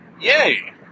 yay